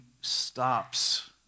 stops